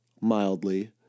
mildly